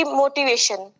motivation